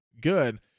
good